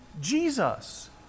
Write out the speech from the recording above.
Jesus